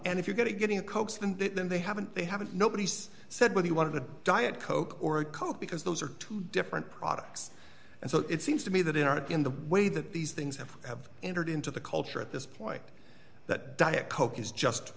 and if you're going to getting cokes than then they haven't they haven't nobody's said what he wanted to diet coke or coke because those are two different products and so it seems to me that in our in the way that these things have entered into the culture at this point that diet coke is just